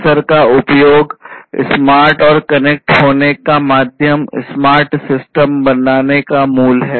sensor का उपयोग smart और कनेक्ट होने का माध्यम स्मार्ट सिस्टम बनाने का मूल है